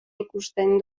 ikusten